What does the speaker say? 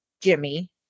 jimmy